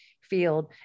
field